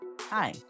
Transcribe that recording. Hi